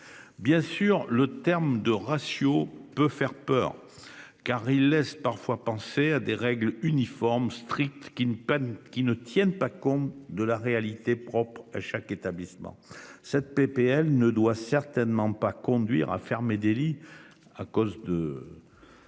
Bien sûr, le terme « ratio » peut faire peur, car il fait penser à des règles uniformes, strictes, qui ne tiennent pas compte de la réalité propre à chaque établissement. Cette proposition de loi ne doit certainement pas conduire à fermer des lits ni des